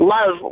Love